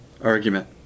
argument